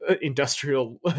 industrial